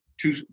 two